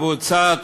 קבוצת